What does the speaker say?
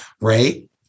right